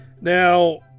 Now